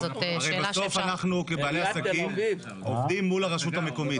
הרי בסוף אנחנו כבעלי עסקים עובדים מול הרשות המקומית.